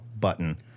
button